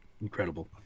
Incredible